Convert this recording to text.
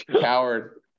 coward